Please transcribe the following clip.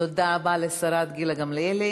תודה רבה לשרה גילה גמליאל.